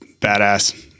badass